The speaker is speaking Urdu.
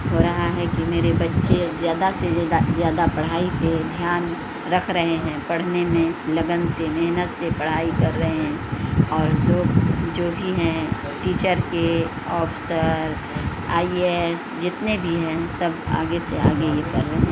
ہو رہا ہے کہ میرے بچے زیادہ سے زیادہ پڑھائی پہ دھیان رکھ رہے ہیں پڑھنے میں لگن سے محنت سے پڑھائی کر رہے ہیں اور زوب جو بھی ہیں ٹیچر کے آفسر آئی اے ایس جتنے بھی ہیں سب آگے سے آگے یہ کر رہے